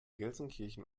gelsenkirchen